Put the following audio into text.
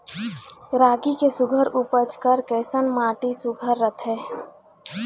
रागी के सुघ्घर उपज बर कैसन माटी सुघ्घर रथे?